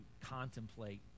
contemplate